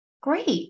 Great